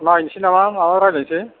लायनोसै नामा माबा रायलायनोसै